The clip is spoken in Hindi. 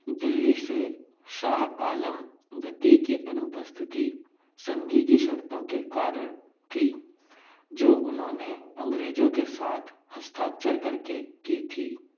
दिल्ली से शाह आलम द्वितीय की अनुपस्थिति संधि की शर्तों के कारण थी जो उन्होंने अंग्रेजों के साथ हस्ताक्षर करके की थी